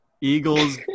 Eagles